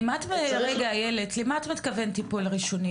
למה את מתכוונת טיפול ראשוני?